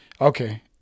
okay